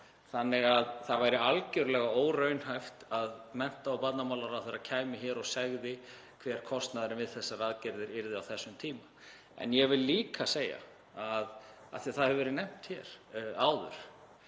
líta út. Það væri algjörlega óraunhæft að mennta- og barnamálaráðherra kæmi hér og segði hver kostnaðurinn við þessar aðgerðir yrði á þessum tíma. En ég vil líka segja, af því að það hefur verið nefnt hér áður,